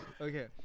Okay